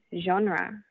genre